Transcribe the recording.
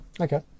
Okay